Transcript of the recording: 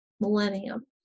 millennium